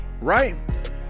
right